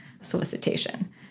solicitation